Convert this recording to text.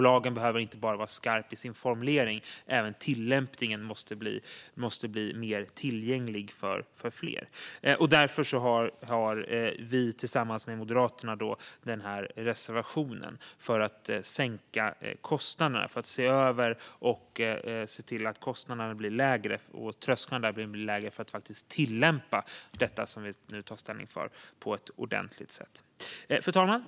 Lagen behöver inte bara vara skarp i sin formulering; även tillämpningen måste bli mer tillgänglig för fler. Därför har vi tillsammans med Moderaterna den här reservationen, som handlar om att se över och se till att kostnaderna och därmed trösklarna blir lägre för att faktiskt tillämpa detta, som vi nu tar ställning för, på ett ordentligt sätt. Fru talman!